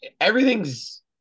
Everything's